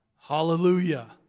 Hallelujah